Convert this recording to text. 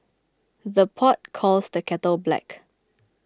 the pot calls the kettle black